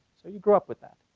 so you grow up with that.